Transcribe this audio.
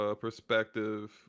perspective